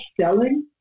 selling